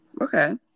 Okay